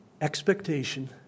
expectation